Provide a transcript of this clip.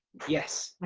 yes.